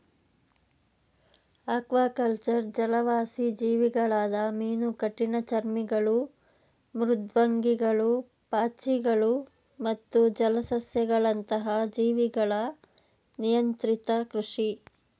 aquaculture ಜಲವಾಸಿ ಜೀವಿಗಳಾದ ಮೀನು ಕಠಿಣಚರ್ಮಿಗಳು ಮೃದ್ವಂಗಿಗಳು ಪಾಚಿಗಳು ಮತ್ತು ಜಲಸಸ್ಯಗಳಂತಹ ಜೀವಿಗಳ ನಿಯಂತ್ರಿತ ಕೃಷಿ